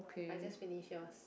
I just finish yours